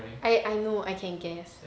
I I know I can guess